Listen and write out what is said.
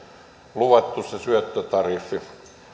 luvattu se syöttötariffi